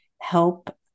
help